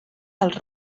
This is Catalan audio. els